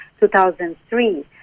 2003